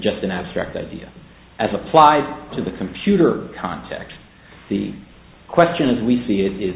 just an abstract idea as applied to the computer context the question as we see it is